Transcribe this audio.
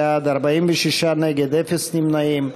בעד, 62, נגד, 46, אפס נמנעים.